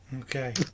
okay